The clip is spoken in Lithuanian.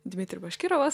dimitrij baškirovas